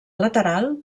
lateral